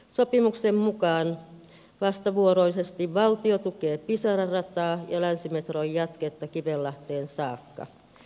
sopimuksen mukaan vastavuoroisesti valtio tukee pisara rataa ja länsimetron jatketta kivenlahteen saakka